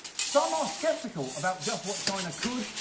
some are skeptical about just what china could,